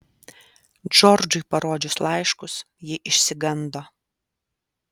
džordžui parodžius laiškus ji išsigando